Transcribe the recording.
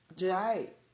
Right